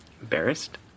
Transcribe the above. Embarrassed